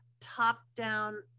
top-down